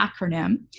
acronym